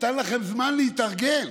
נתן לכם זמן להתארגן.